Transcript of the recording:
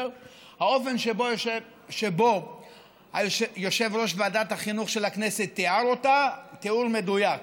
האופן שבו יושב-ראש ועדת החינוך של הכנסת תיאר אותה הוא תיאור מדויק.